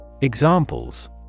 Examples